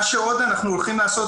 מה שעוד אנחנו הולכים לעשות,